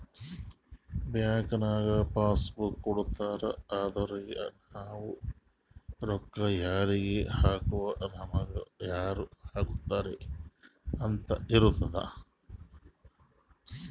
bank ನಾಗ್ passbook ಕೊಡ್ತಾರ ಅದುರಗೆ ನಾವ್ ರೊಕ್ಕಾ ಯಾರಿಗ ಹಾಕಿವ್ ನಮುಗ ಯಾರ್ ಹಾಕ್ಯಾರ್ ಅಂತ್ ಇರ್ತುದ್